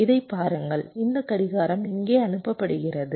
இதைப் பாருங்கள் இந்த கடிகாரம் இங்கே அணுப்பப்படுகிறது